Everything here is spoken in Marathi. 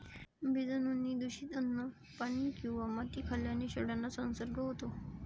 बीजाणूंनी दूषित अन्न, पाणी किंवा माती खाल्ल्याने शेळ्यांना संसर्ग होतो